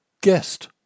guest